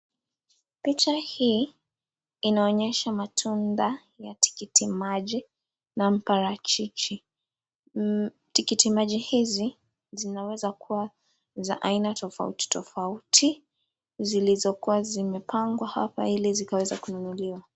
Picha hii inaonyesha matunda ya tikiti maji na parachichi. Tikiti maji hizi zinaweza kuwa ni za aina tofauti tofauti, zilizokuwa zimepangwa hapa ili zikaweza kununuliwa.